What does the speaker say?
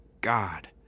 God